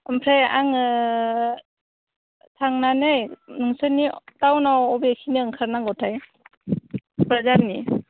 ओमफ्राय आं थांनानै नोंसोरनि टाउनाव बबेखिनियाव ओंखारनांगौथाय क'क्राझारनि